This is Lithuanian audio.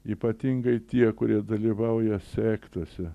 ypatingai tie kurie dalyvauja sektose